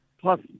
plus